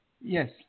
Yes